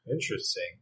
Interesting